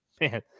man